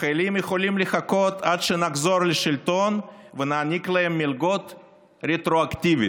החיילים יכולים לחכות עד שנחזור לשלטון ונעניק להם מלגות רטרואקטיבית.